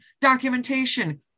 Documentation